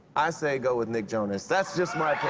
i say go with nick jonas. that's just my